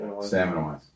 Stamina-wise